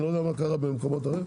אני לא יודע מה קרה במקומות אחרים,